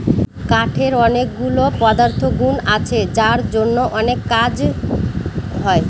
অনেকগুলা পদার্থগুন আছে কাঠের যার জন্য অনেক কাজ হয়